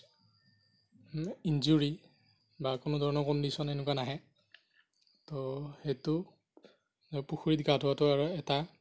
injury বা কোনো ধৰণৰ কণ্ডিশ্যন এনেকুৱা নাহে ত' সেইটো পুখুৰীত গা ধোৱাতো আৰু এটা